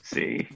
See